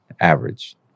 average